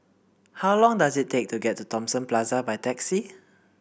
how long does it take to get to Thomson Plaza by taxi